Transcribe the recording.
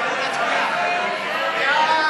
ההסתייגות (15)